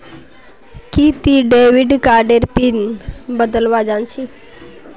कि ती डेविड कार्डेर पिन बदलवा जानछी